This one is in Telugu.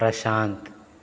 ప్రశాంత్